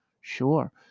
sure